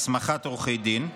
הסמכת עורכי דין,